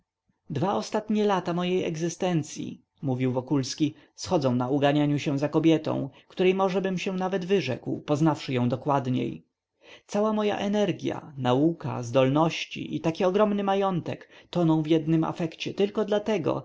dwa ostatnie lata mojej egzystencyi mówił wokulski schodzą na uganianiu się za kobietą której możebym się nawet wyrzekł poznawszy ją dokładniej cała moja energia nauka zdolności i taki ogromny majątek toną w jednym afekcie dlatego